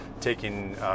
taking